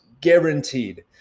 guaranteed